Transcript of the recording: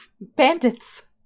Bandits